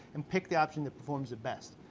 and pick the option that performs the best.